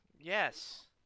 Yes